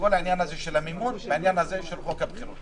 בכל העניין הזה של המימון בהקשר הזה של חוק הבחירות.